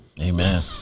Amen